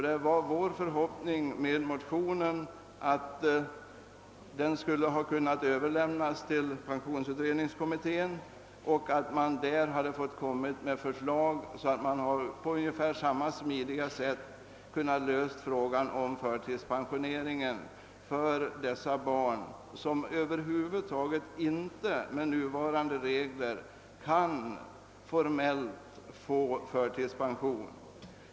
Det var vår förhoppning, när vi väckte motionerna, att de skulle kunna överlämnas till pensionsförsäkringskommittén och att denna därefter skulle utarbeta ett förslag, så att frågan om förtidspensionering för dessa - barn, som med nuvarande regler över huvud taget inte kan få förtidspension, kunde lösas på ett smidigt sätt.